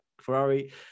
ferrari